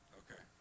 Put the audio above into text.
okay